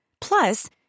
Plus